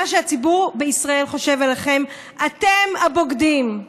שהציבור בישראל חושב עליכם: אתם הבוגדים.